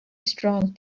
strong